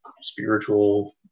spiritual